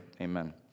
amen